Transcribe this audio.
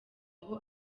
aho